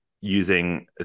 using